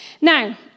Now